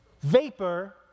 vapor